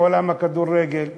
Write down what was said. מעולם הכדורגל.